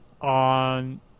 on